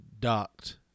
docked